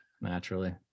naturally